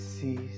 sees